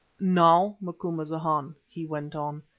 now, macumazahn, he went on,